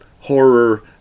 horror